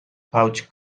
pouch